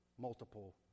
multiple